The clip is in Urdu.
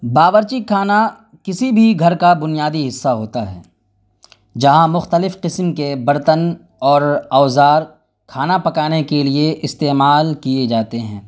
باورچی خانہ کسی بھی گھر کا بنیادی حصہ ہوتا ہے جہاں مختلف قسم کے برتن اور اوزار کھانا پکانے کے لیے استعمال کیے جاتے ہیں